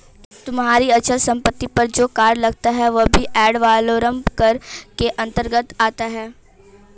तुम्हारी अचल संपत्ति पर जो कर लगता है वह भी एड वलोरम कर के अंतर्गत आता है